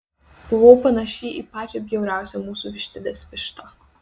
buvau panaši į pačią bjauriausią mūsų vištidės vištą